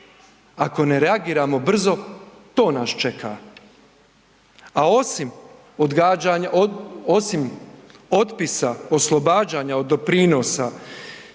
ako ne reagiramo brzo to nas čeka. A osim odgađana, osim otpisa, oslobađanja od doprinosa,